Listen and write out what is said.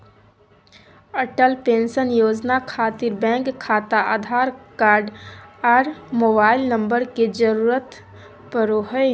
Atal pension योजना खातिर bank खाता आधार कार्ड आर मोबाइल नम्बर के जरूरत परो हय